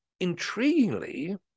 intriguingly